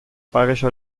bayerischer